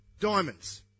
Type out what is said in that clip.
diamonds